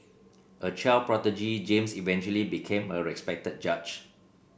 a child prodigy James eventually became a respected judge